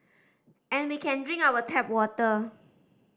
and we can drink our tap water